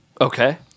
Okay